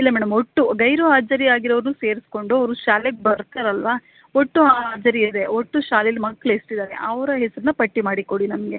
ಇಲ್ಲ ಮೇಡಮ್ ಒಟ್ಟು ಗೈರು ಹಾಜರಿ ಆಗಿರೋದು ಸೇರಿಸಿಕೊಂಡು ಅವರು ಶಾಲೆಗೆ ಬರ್ತಾರಲ್ಲವಾ ಒಟ್ಟು ಹಾಜರಿಯಿದೆ ಒಟ್ಟು ಶಾಲೆಲಿ ಮಕ್ಳು ಎಷ್ಟಿದ್ದಾರೆ ಅವರ ಹೆಸರನ್ನ ಪಟ್ಟಿ ಮಾಡಿಕೊಡಿ ನಮಗೆ